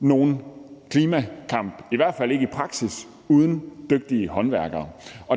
nogen klimakamp, i hvert fald ikke i praksis, uden dygtige håndværkere.